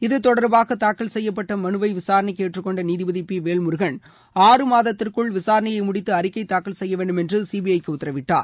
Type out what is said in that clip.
இத்தொடர்பாக தாக்கல் செய்யப்பட்ட மனுவை விசாரணைக்கு ஏற்றுக்கொண்ட நீதிபதி பி வேல்முருகன் ஆறு மாதத்திற்குள் விசாரணைய முடித்து அறிக்கை தாக்கல் செய்ய வேண்டும் என்று சிபிஐ க்கு உத்தரவிட்டார்